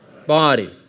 Body